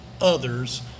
others